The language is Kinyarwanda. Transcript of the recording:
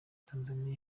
tanzaniya